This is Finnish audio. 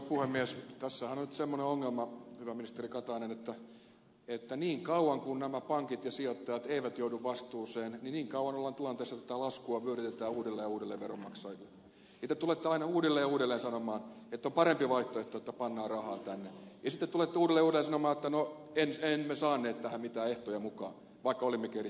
tässähän on nyt semmoinen ongelma hyvä ministeri katainen että niin kauan kuin nämä pankit ja sijoittajat eivät joudu vastuuseen niin kauan ollaan tilanteessa että tätä laskua vyörytetään uudelleen ja uudelleen veronmaksajille ja te tulette aina uudelleen ja uudelleen sanomaan että on parempi vaihtoehto että pannaan rahaa tänne ja sitten tulette uudelleen ja uudelleen sanomaan että no emme saaneet tähän mitään ehtoja mukaan vaikka olimmekin erittäin tiukalla linjalla